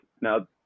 Now